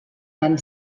van